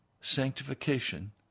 sanctification